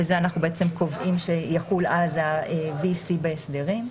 וזה אנחנו בעצם קובעים שיחול אז ה-V.C בהסדרים.